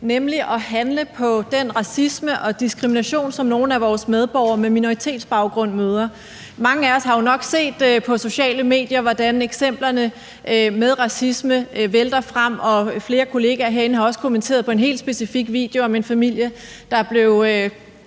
nemlig at handle på den racisme og diskrimination, som nogle af vores medborgere med minoritetsbaggrund møder. Mange af os har jo set på de sociale medier, hvordan eksemplerne på racisme vælter frem, og der er også flere kollegaer herinde, der har kommenteret en helt specifik video om en familie, der bliver